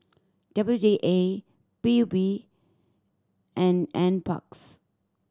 W D A P U B and N Parks